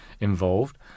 involved